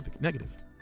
negative